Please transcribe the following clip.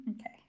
Okay